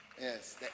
Yes